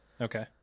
Okay